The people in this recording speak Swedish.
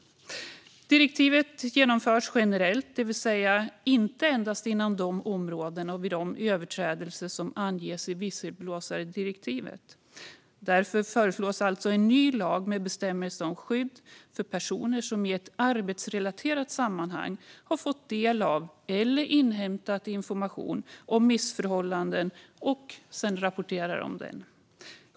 Direktivet genomförs generellt, det vill säga inte endast inom de områden och vid de överträdelser som anges i visselblåsardirektivet. Därför föreslås alltså en ny lag med bestämmelser om skydd för personer som i ett arbetsrelaterat sammanhang har fått del av eller inhämtat information om missförhållanden och sedan rapporterar den.